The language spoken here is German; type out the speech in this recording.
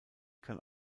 kann